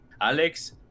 alex